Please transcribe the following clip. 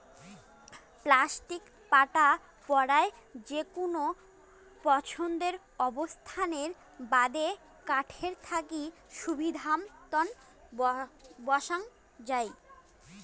plastic পাটা পরায় যেকুনো পছন্দের অবস্থানের বাদে কাঠের থাকি সুবিধামতন বসাং যাই